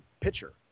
pitcher